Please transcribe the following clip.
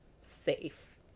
safe